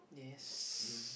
yes